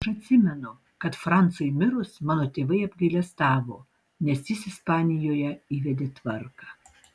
aš atsimenu kad francui mirus mano tėvai apgailestavo nes jis ispanijoje įvedė tvarką